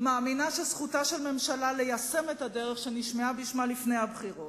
מאמינה שזכותה של ממשלה ליישם את הדרך שנשמעה בשמה לפני הבחירות.